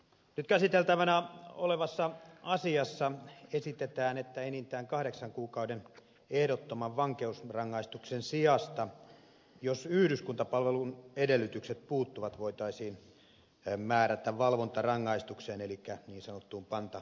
nyt käsiteltävänä olevassa asiassa esitetään että enintään kahdeksan kuukauden ehdottoman vankeusrangaistuksen sijasta jos yhdyskuntapalvelun edellytykset puuttuvat voitaisiin määrätä valvontarangaistukseen elikkä niin sanottuun pantarangaistukseen